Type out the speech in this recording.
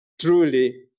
truly